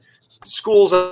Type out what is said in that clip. schools